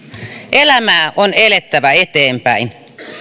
elämää on elettävä eteenpäin